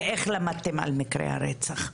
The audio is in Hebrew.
ואיך למדתם על מקרי הרצח.